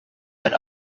but